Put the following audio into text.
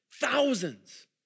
Thousands